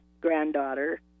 granddaughter